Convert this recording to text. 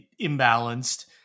imbalanced